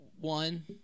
one